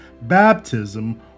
Baptism